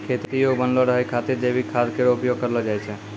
खेती योग्य बनलो रहै खातिर जैविक खाद केरो उपयोग करलो जाय छै